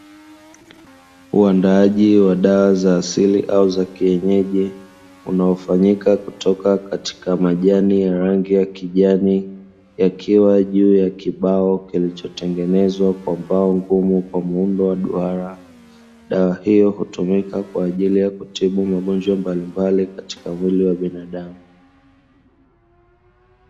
Uandaaji wa dawa za asili au za kienyeji unaofanyika kutoka katika majani ya rangi ya kijani yakiwa juu ya kibao kilichotengenezwa kwa mbao ngumu kwa muundo wa duara, dawa hiyo hutumika kwa ajili ya kutibu magonjwa mbalimbali katika mwili wa binadamu.